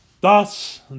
Thus